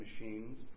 machines